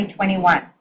2021